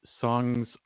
songs